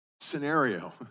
scenario